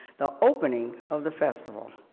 the opening of the festival.